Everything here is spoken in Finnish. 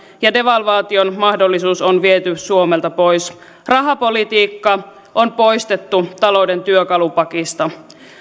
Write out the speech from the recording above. ja devalvaation mahdollisuus on viety suomelta pois rahapolitiikka on poistettu talouden työkalupakista